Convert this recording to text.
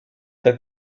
the